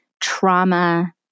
trauma